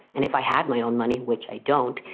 and if i had my own money, which i don't.